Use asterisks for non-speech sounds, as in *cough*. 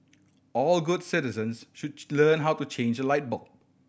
all good citizens should *unintelligible* learn how to change a light bulb